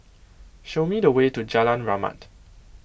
show me the way to Jalan Rahmat